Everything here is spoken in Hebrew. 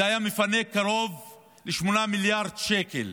זה היה מפנה קרוב ל-8 מיליארד שקל.